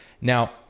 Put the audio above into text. Now